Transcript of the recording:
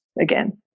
again